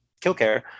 Killcare